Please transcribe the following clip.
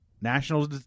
national